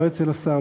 לא אצל השר,